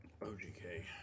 OGK